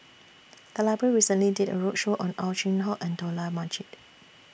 The Library recently did A roadshow on Ow Chin Hock and Dollah Majid